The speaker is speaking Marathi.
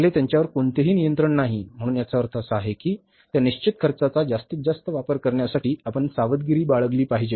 आपले त्यांच्यावर कोणतेही नियंत्रण नाही म्हणूनच याचा अर्थ असा आहे की त्या निश्चित खर्चाचा जास्तीत जास्त वापर करण्यासाठी आपण सावधगिरी बाळगली पाहिजे